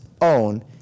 own